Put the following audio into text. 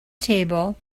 table